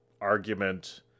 argument